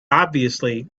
obviously